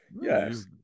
Yes